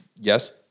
yes